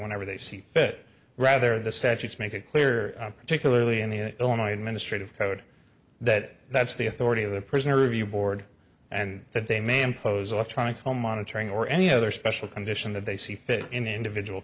whenever they see fit rather the statutes make it clear particularly in the illinois administrative code that that's the authority of the prisoner review board and that they may impose electronic home monitoring or any other special condition that they see fit in individual